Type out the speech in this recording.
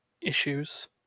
issues